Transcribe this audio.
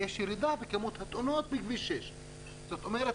יש ירידה בתאונות בכביש 6. זאת אומרת